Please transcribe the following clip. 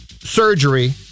surgery